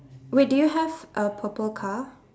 wait do you have a purple car